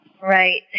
Right